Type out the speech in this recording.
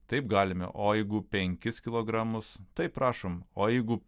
taip galime o jeigu penkis kilogramus taip prašom o jeigu